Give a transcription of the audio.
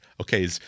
Okay